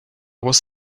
was